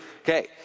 okay